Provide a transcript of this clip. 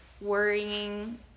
worrying